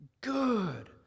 good